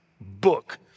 book